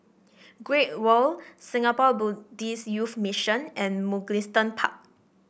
Great World Singapore Buddhist Youth Mission and Mugliston Park